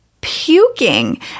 puking